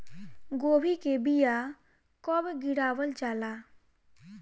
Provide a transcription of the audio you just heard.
गोभी के बीया कब गिरावल जाला?